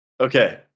okay